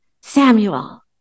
Samuel